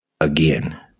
again